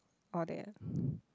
all that